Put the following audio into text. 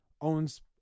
owns